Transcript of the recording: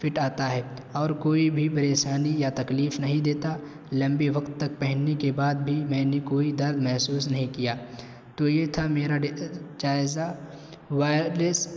fit آتا ہے اور کوئی بھی پریشانی یا تکلیف نہیں دیتا لمبے وقت تک پہننے کے بعد بھی میں نے کوئی درد محسوس نہیں کیا تو یہ تھا میرا جائزہ وائرلیس